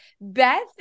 Beth